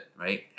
right